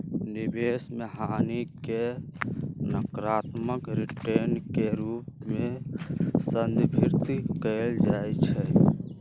निवेश में हानि के नकारात्मक रिटर्न के रूप में संदर्भित कएल जाइ छइ